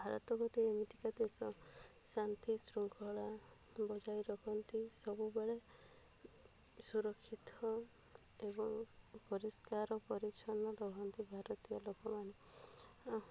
ଭାରତ ଗୋଟେ ଏମିତିକା ଦେଶ ଶାନ୍ତି ଶୃଙ୍ଖଳା ବଜାଇ ରଖନ୍ତି ସବୁବେଳେ ସୁରକ୍ଷିତ ଏବଂ ପରିଷ୍କାର ପରିଚ୍ଛନ୍ନ ରହନ୍ତି ଭାରତୀୟ ଲୋକମାନେ